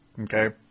Okay